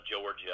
Georgia